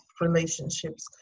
relationships